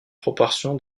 proportion